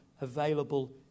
available